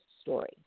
Story